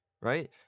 right